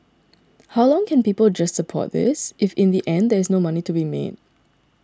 how long can people just support this if in the end there is no money to be made